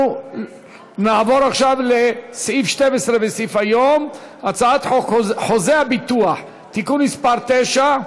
נעבור עכשיו לסעיף 12 בסדר-היום: הצעת חוק חוזה הביטוח (תיקון מס' 9),